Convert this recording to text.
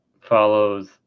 follows